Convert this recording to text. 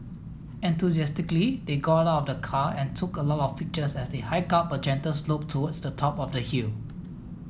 enthusiastically they got out of the car and took a lot of pictures as they hiked up a gentle slope towards the top of the hill